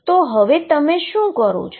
તેથી તમે શું કરો છો